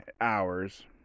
hours